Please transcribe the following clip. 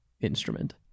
instrument